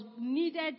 needed